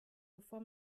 bevor